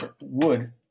wood